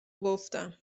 گفتم